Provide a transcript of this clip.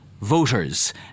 voters